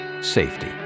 safety